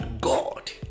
God